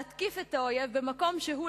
להתקיף את האויב במקום שהוא,